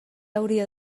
hauria